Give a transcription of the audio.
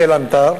בתל-ענתר,